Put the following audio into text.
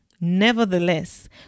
Nevertheless